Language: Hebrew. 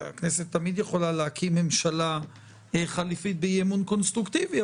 הכנסת תמיד יכולה להקים ממשלה חליפית באי-אמון קונסטרוקטיבי,